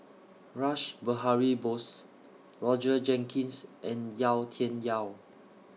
Rash Behari Bose Roger Jenkins and Yau Tian Yau